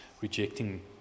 rejecting